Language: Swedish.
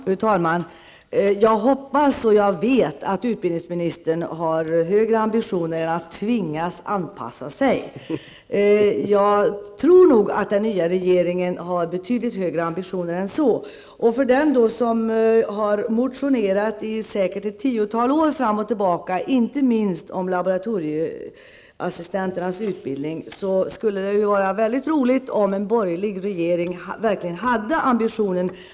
Fru talman! Jag hoppas och jag vet att utbildningsministern har högre ambitioner än att ''tvingas'' anpassa sig. Den nya regeringen har nog betydligt högre ambitioner än så. För den som under ett tiotal år har motionerat fram och tillbaka om laboratorieassistenternas utbildning vore det väldigt roligt om en borgerlig regering verkligen hade ambitionen att se till att de laboratorieassistenter som utbildas i Sverige också skulle kunna ta anställning i t.ex. Danmark och Norge, där man i dag alltså ställer högre krav. Det vore enligt min mening ett minimum. Jag hoppas att det är i den andan som utbildningsministern har lämnat sitt svar, och jag tar för givet att så är fallet.